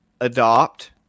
adopt